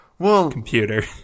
computer